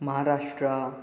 Maharashtra